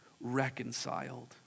reconciled